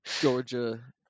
Georgia